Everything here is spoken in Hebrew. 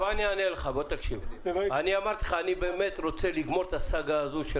אני אמרתי לך שאני באמת רוצה לגמור את הסאגה הזו של